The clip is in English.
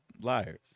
liars